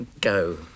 go